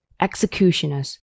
executioners